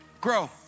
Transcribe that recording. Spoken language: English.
Grow